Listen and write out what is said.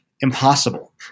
impossible